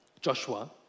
Joshua